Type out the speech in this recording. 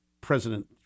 president